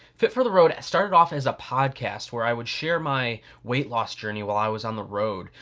fit for the road started off as a podcast, where i would share my weight loss journey while i was on the road.